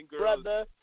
brother